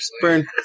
burn